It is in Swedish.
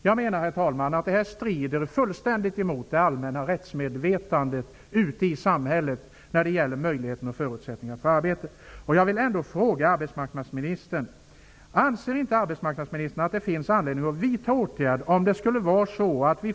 Jag menar, herr talman, att detta fulltändigt strider mot det allmänna rättsmedvetandet ute i samhället när det gäller möjligheten och förutsättningen att få arbete. Man har här knäsatt en princip som det har varit mycket diskussion om.